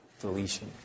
deletion